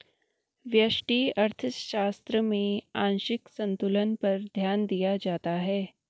व्यष्टि अर्थशास्त्र में आंशिक संतुलन पर ध्यान दिया जाता है